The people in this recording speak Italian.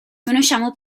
conosciamo